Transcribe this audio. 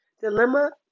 dilemma